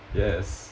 yes